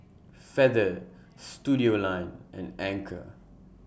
Feather Studioline and Anchor